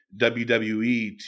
WWE